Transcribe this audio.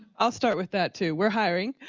i'll start with that too. we're hiring.